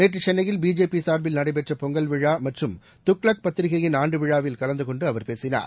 நேற்றுசென்னையில் பிஜேபிசா்பில் நடைபெற்றபொங்கல் விழாமற்றும் துக்ளக் பத்திரிக்கையின் ஆண்டுவிழாவில் கலந்துகொண்டுஅவர் பேசினார்